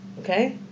okay